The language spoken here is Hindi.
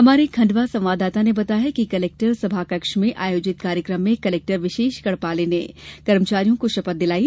हमारे खंडवा संवाददाता ने बताया है कि कलेक्टर सभा कक्ष में आयोजित कार्यक्रम में कलेक्टर विशेष गड़पाले ने कर्मचारियों को शपथ दिलाई